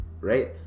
Right